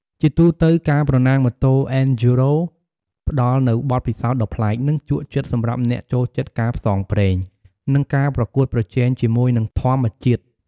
ជាទូទៅ ការប្រណាំងម៉ូតូ អេនឌ្យូរ៉ូ (Enduro) ផ្តល់នូវបទពិសោធន៍ដ៏ប្លែក និងជក់ចិត្តសម្រាប់អ្នកចូលចិត្តការផ្សងព្រេង និងការប្រកួតប្រជែងជាមួយនឹងធម្មជាតិ។